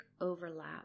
overlap